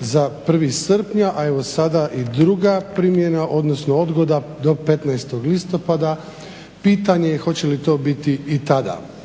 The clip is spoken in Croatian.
za 1. srpnja, a evo sada i druga odgoda do 15. listopada. pitanje je hoće li to biti i tada?